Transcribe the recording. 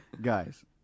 Guys